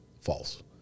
false